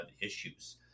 issues